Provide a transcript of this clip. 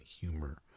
humor